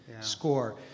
Score